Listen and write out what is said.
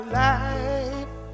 life